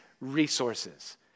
resources